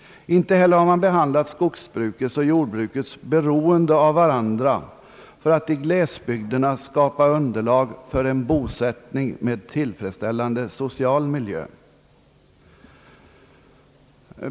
Inte heller har man behandlat skogsbrukets och jordbrukets beroende av varandra för att i glesbygderna skapa underlag för en bosättning med tillfredsställande social miljö.